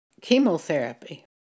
chemotherapy